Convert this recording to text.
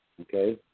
Okay